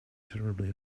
terribly